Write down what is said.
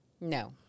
no